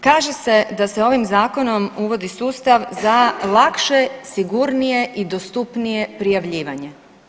Kaže se da se ovim zakonom uvodi sustav za lakše, sigurnije i dostupnije prijavljivanje.